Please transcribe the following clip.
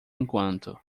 enquanto